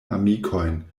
amikojn